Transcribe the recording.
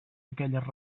aquelles